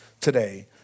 today